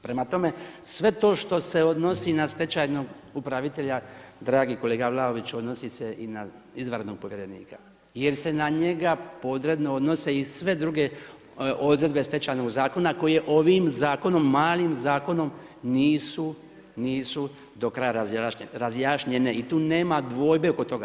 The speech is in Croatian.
Prema tome sve to što se odnosi na stečajnog upravitelja, dragi kolega Vlaoviću odnosi se i na izvanrednog povjerenika jer se na njega podredno odnose i sve druge odredbe Stečajnog zakona koje ovim zakonom, malim zakonom nisu do kraja razjašnjene i tu nema dvojbe oko toga.